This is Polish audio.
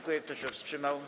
Kto się wstrzymał?